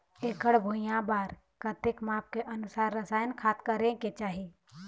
एकड़ भुइयां बार कतेक माप के अनुसार रसायन खाद करें के चाही?